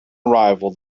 arrival